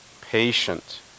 patient